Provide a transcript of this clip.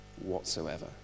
whatsoever